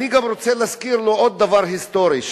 אני גם רוצה להזכיר לו עוד דבר היסטורי,